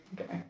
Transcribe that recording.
Okay